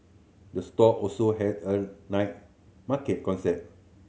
the store also has a night market concept